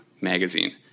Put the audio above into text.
magazine